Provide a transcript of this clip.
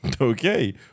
Okay